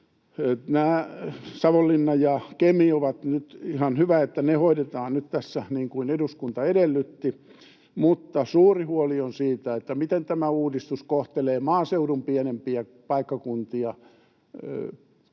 Savonlinna ja Kemi hoidetaan nyt tässä niin kuin eduskunta edellytti, mutta suuri huoli on siitä, miten tämä uudistus kohtelee maaseudun pienempiä paikkakuntia.